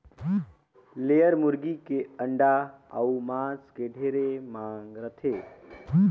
layer मुरगी के अंडा अउ मांस के ढेरे मांग रहथे